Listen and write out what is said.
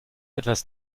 etwas